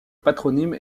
patronyme